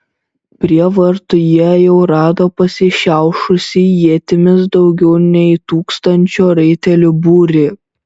prie vartų jie jau rado pasišiaušusį ietimis daugiau nei tūkstančio raitelių būrį